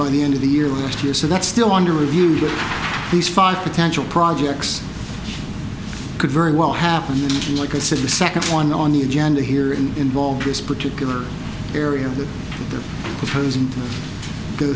by the end of the year last year so that's still under review but these five potential projects could very well happen and like i said the second one on the agenda here and involved this particular area with the